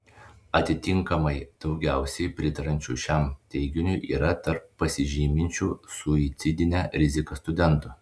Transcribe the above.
atitinkamai daugiausiai pritariančių šiam teiginiui yra tarp pasižyminčių suicidine rizika studentų